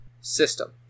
system